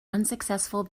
unsuccessful